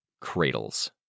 Cradles